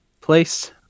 place